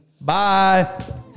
Bye